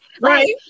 Right